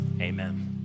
amen